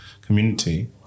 community